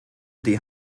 die